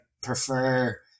prefer